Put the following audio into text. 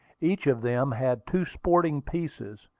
each of them had two sporting pieces,